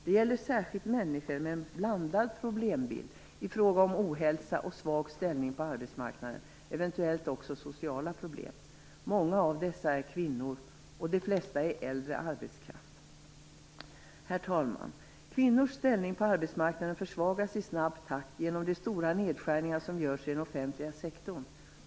Det gäller särskilt människor med en blandad problembild i form av ohälsa och svag ställning på arbetsmarknaden, eventuellt också sociala problem. Många av dessa är kvinnor, och de flesta är äldre arbetskraft. Herr talman! Kvinnors ställning på arbetsmarknaden försvagas i snabb takt genom de stora nedskärningar som görs i den offentliga sektorn.